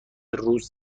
روز